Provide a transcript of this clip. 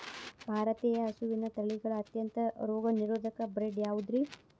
ಭಾರತೇಯ ಹಸುವಿನ ತಳಿಗಳ ಅತ್ಯಂತ ರೋಗನಿರೋಧಕ ಬ್ರೇಡ್ ಯಾವುದ್ರಿ?